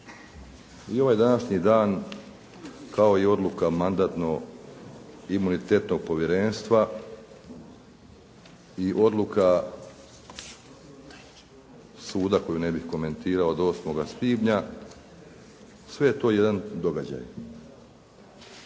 I ovaj današnji dan kao i odluka Mandatno-imunitetnog povjerenstva i odluka suda koju ne bih komentirao od 8. svibnja, sve je to jedan događaj.